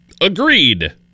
Agreed